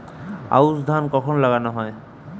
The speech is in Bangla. আউশ ধান কখন লাগানো হয়?